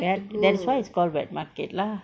that that's why it's called wet market lah